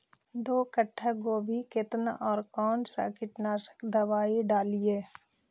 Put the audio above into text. दो कट्ठा गोभी केतना और कौन सा कीटनाशक दवाई डालिए?